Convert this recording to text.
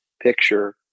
picture